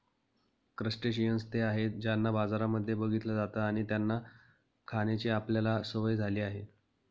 crustaceans ते आहेत ज्यांना बाजारांमध्ये बघितलं जात आणि त्यांना खाण्याची आपल्याला सवय झाली आहे